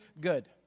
good